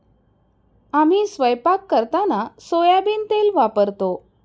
आम्ही स्वयंपाक करताना सोयाबीन तेल वापरतो